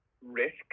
risk